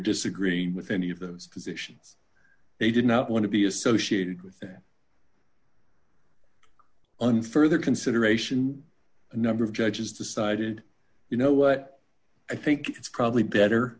disagreeing with any of those positions they did not want to be associated with that unfair their consideration a number of judges decided you know what i think it's probably better